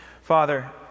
Father